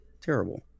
terrible